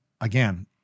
again